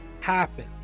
happen